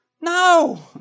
No